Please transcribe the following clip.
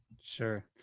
Sure